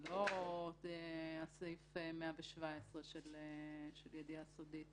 זה לא סעיף 117 של ידיעה סודית.